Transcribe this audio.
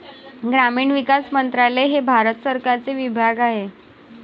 ग्रामीण विकास मंत्रालय हे भारत सरकारचे विभाग आहे